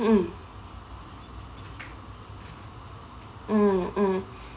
mm mm